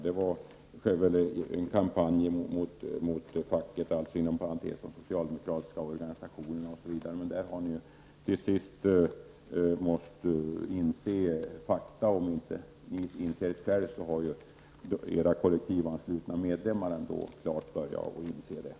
Det var ”en kampanj mot facket” och de socialdemokratiska organisationerna. Där har man nu till sist måst inse fakta, och om inte kollektivet självt så har kollektivanslutna medlemmar klart börjat inse fakta.